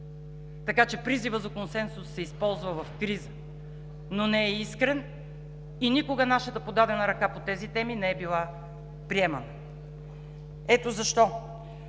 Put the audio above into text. така че призивът за консенсус се използва в криза, но не е искрен и никога нашата подадена ръка по тези теми не е била приемана. Ето защо